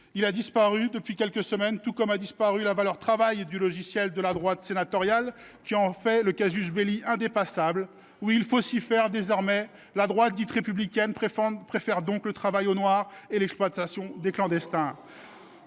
il a disparu depuis quelques semaines, tout comme a disparu la valeur travail du logiciel de la droite sénatoriale, qui fait de cet article un indépassable. Oui, il faut s’y faire, désormais, la droite dite républicaine préfère défendre le travail au noir et l’exploitation des clandestins.